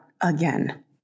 again